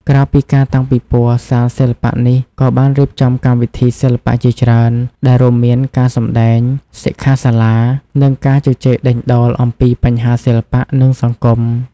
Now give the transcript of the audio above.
ក្រៅពីការតាំងពិពណ៌ សាលសិល្បៈនេះក៏បានរៀបចំកម្មវិធីសិល្បៈជាច្រើន ដែលរួមមានការសម្តែង សិក្ខាសាលា និងការជជែកដេញដោលអំពីបញ្ហាសិល្បៈ និងសង្គម។